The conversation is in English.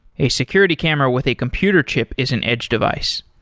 a security camera with a computer chip is an edge device.